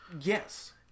yes